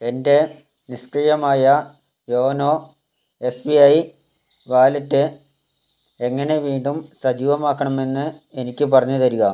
എൻ്റെ നിഷ്ക്രിയമായ YONO S B I wallet എങ്ങനെ വീണ്ടും സജീവമാക്കണമെന്ന് എനിക്ക് പറഞ്ഞുതരിക